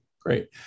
Great